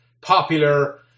popular